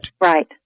Right